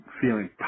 feeling